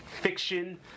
fiction